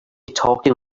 talking